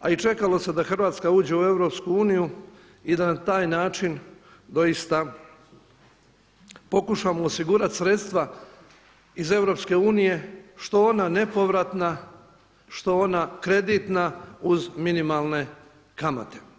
a i čekalo se da Hrvatska uđe u EU i da na taj način doista pokušamo osigurati sredstva iz EU što ona nepovratna, što ona kreditna uz minimalne kamate.